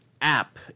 app